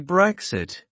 Brexit